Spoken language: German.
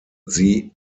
sie